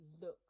look